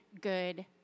good